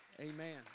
Amen